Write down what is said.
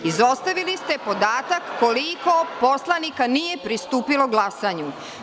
Izostavili ste podatak koliko poslanika nije pristupilo glasanju.